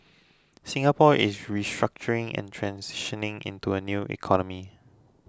Singapore is restructuring and transitioning into a new economy